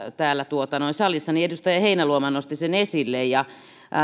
täällä salissa edustaja heinäluoma nosti sen esille ja